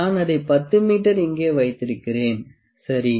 நான் அதை 10 மீட்டர் இங்கே வைத்திருக்கிறேன் சரி